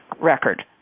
record